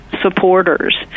supporters